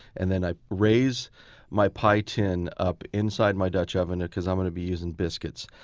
and then i raise my pie tin up inside my dutch oven because i'm going to be using biscuits.